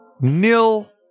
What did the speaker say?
Nil